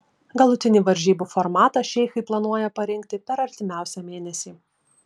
galutinį varžybų formatą šeichai planuoja parinkti per artimiausią mėnesį